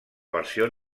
versió